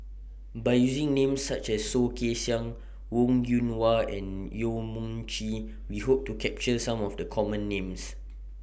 By using Names such as Soh Kay Siang Wong Yoon Wah and Yong Mun Chee We Hope to capture Some of The Common Names